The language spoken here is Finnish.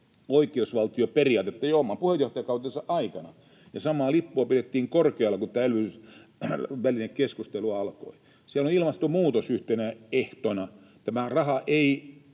oikeusvaltioperiaatetta, jo oman puheenjohtajakautensa aikana, ja samaa lippua pidettiin korkealla, kun tämä elvytysvälinekeskustelu alkoi. Siellä on ilmastonmuutos yhtenä ehtona. Tämä raha ei